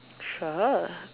sure